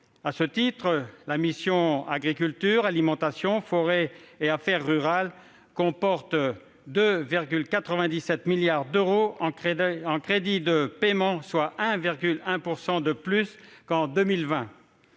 À ce titre, la mission « Agriculture, alimentation, forêt et affaires rurales » comporte 2,97 milliards d'euros en crédits de paiement, soit 1,1 % de plus qu'en 2020.